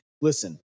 listen